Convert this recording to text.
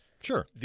Sure